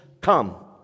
come